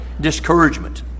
discouragement